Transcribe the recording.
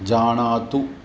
जानातु